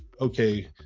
okay